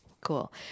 Cool